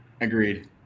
Agreed